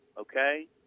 okay